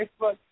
Facebook